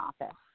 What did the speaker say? office